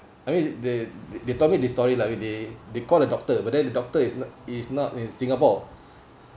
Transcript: I mean they they told me this story lah I mean they they call the doctor but then the doctor is is not in singapore